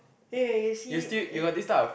then when you see